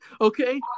Okay